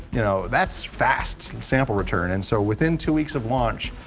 you know, that's fast sample return. and so within two weeks of launch,